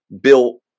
built